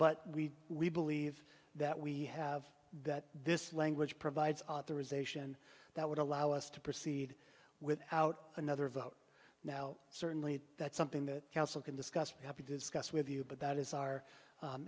but we we believe that we have that this language provides authorization that would allow us to proceed with out another vote now certainly that's something that council can discuss have to discuss with you but that is our